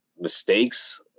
mistakes